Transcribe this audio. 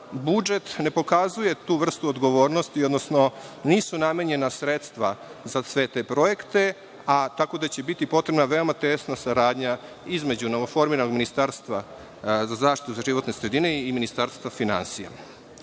budžet ne pokazuje tu vrstu odgovornosti, odnosno nisu namenjena sredstva za sve te projekte, tako da će biti potrebna veoma tesna saradnja između novoformiranog ministarstva za zaštitu životne sredine i Ministarstva finansija.